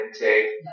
intake